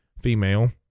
female